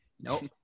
Nope